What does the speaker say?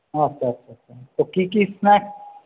আচ্ছা আচ্ছা আচ্ছা তো কী কী স্ন্যাক্স